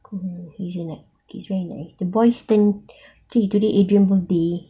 hazelnut cookies very nice the boys spent okay today adrian's birthday